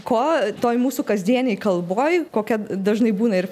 ko toj mūsų kasdienėj kalboj kokia dažnai būna